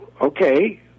okay